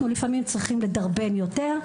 אנחנו לפעמים צריכים לדרבן יותר.